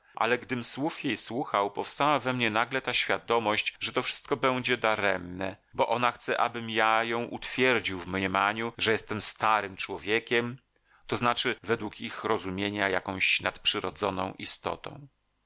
ale gdym słów jej słuchał powstała we mnie nagle ta świadomość że to wszystko będzie daremne bo ona chce abym ja ją utwierdził w mniemaniu że jestem starym człowiekiem to znaczy według ich rozumienia jakąś nadprzyrodzoną istotą